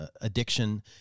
addiction